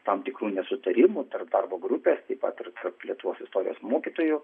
tam tikrų nesutarimų tarp darbo grupės taip pat ir tarp lietuvos istorijos mokytojų